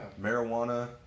Marijuana